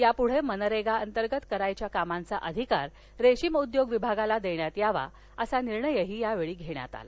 याप्ढे मनरेगाअंतर्गत करावयाच्या कामांचा अधिकार रेशीम उद्योग विभागाला देण्यात यावा असा निर्णय यावेळी घेण्यात आला